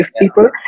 people